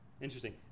Interesting